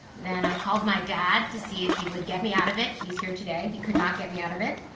then i called my dad to see if he would get me out of it. he's here today. he could not get me out of it.